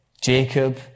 jacob